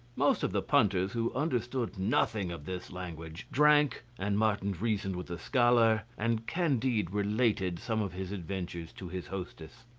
most of the punters, who understood nothing of this language, drank, and martin reasoned with the scholar, and candide related some of his adventures to his hostess.